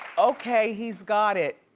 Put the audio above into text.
okay, he's got it.